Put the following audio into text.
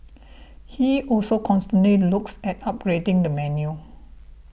he also constantly looks at upgrading the menu